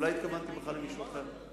אולי התכוונתי בכלל למישהו אחר?